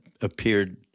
appeared